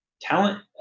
talent